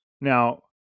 Now